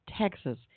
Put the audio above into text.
Texas